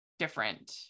Different